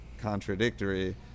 contradictory